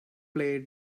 play